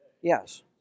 Yes